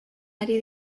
ari